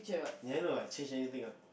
you haven't like change anything what